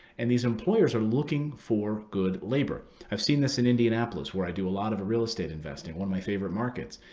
and these employers are looking for good labor. i've seen this in indianapolis, where i do a lot of real estate investing one of my favorite markets.